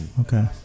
Okay